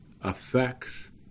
affects